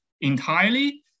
entirely